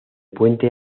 puente